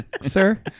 sir